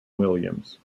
williams